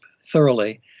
thoroughly